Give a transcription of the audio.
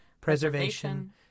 preservation